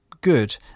good